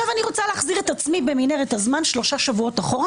אני רוצה להחזיר את עצמי במנהרת הזמן שלושה שבועות אחורה,